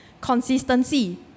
consistency